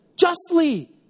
justly